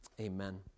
amen